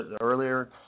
earlier